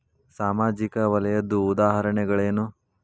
ಸಾಮಾಜಿಕ ವಲಯದ್ದು ಉದಾಹರಣೆಗಳೇನು?